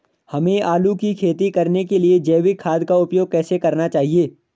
हमें आलू की खेती करने के लिए जैविक खाद का उपयोग कैसे करना चाहिए?